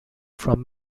from